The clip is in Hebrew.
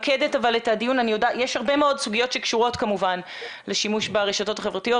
יש הרבה מאוד סוגיות שקשורות כמובן לשימוש ברשתות החברתיות,